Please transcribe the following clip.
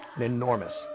Enormous